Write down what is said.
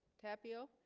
tapio